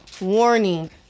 warning